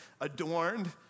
adorned